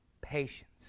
patience